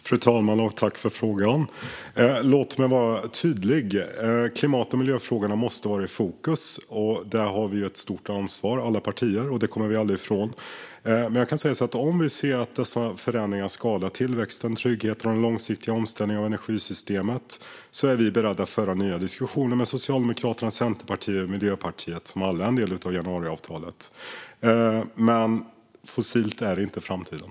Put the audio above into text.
Fru talman! Tack för frågan! Låt mig vara tydlig. Klimat och miljöfrågorna måste vara i fokus. Där har alla partier ett stort ansvar. Det kommer vi aldrig ifrån. Men jag kan säga så här: Om vi ser att dessa förändringar skadar tillväxten, tryggheten och den långsiktiga omställningen av energisystemet är vi beredda att föra nya diskussioner med Socialdemokraterna, Centerpartiet och Miljöpartiet, som alla är en del av januariavtalet. Men fossilt är inte framtiden.